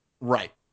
right